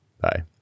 Bye